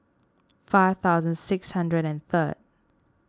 five thousand six hundred and third